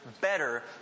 better